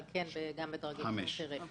אבל זה יכול להיות גם בדרגים בכירים.